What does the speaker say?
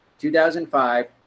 2005